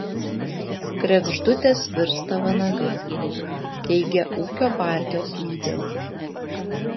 kregždutės virsta vanagais teigia ūkio partijos lyderiai